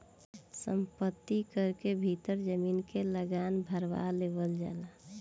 संपत्ति कर के भीतर जमीन के लागान भारवा लेवल जाला